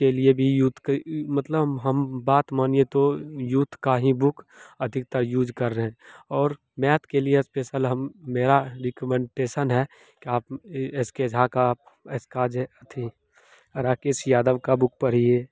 के लिए भी यूथ का ही मतलब हम बात मानिए तो यूथ की ही बुक अधिकतर यूज़ कर रहे हैं और मैथ के लिए स्पेसल हम मेरा रिकमेंटेसन है कि आप यह एस के झा का एस का जे थी राकेश यादव की बुक पढ़िए